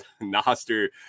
Noster